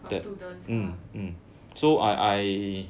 for students lah